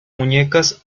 muñecas